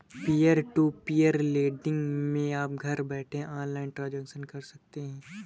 peer to peer lending मै आप घर बैठे ऑनलाइन ट्रांजेक्शन कर सकते है